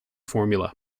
formula